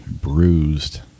bruised